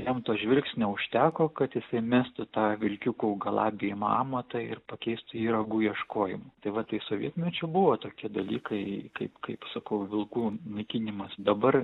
jam to žvilgsnio užteko kad jisai mestų tą vilkiukų galabijimo amatą ir pakeistų jį ragų ieškojimu tai va tai sovietmečiu buvo tokie dalykai kaip kaip sakau vilkų naikinimas dabar